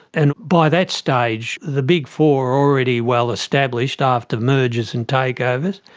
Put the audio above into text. and by that stage the big four are already well established after mergers and takeovers.